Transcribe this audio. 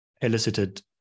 elicited